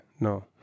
No